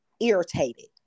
irritated